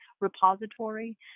repository